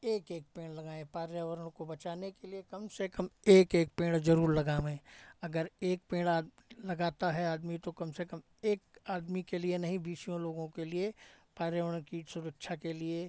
एक एक पेड़ लगाएँ पार्यावरण को बचाने के लिए कम से कम एक एक पेड़ ज़रूर लगावें अगर एक पेड़ लगाता है आदमी तो कम से कम एक आदमी के लिए नहीं बीसों लोगों के लिए पार्यावरण की सुरक्षा के लिए